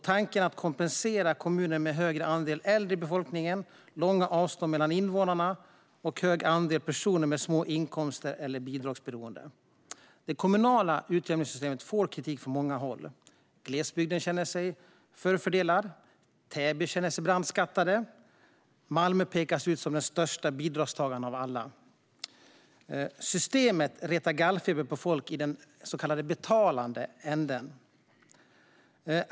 Tanken är att kompensera kommuner med större andel äldre i befolkningen, långa avstånd mellan invånarna och hög andel personer med små inkomster eller med bidragsberoende. Det kommunala utjämningssystemet får kritik från många håll. Glesbygden känner sig förfördelad, Täby känner sig brandskattat och Malmö pekas ut som den största bidragstagaren av alla. Systemet retar regelbundet gallfeber på folk i den så kallade betalande änden.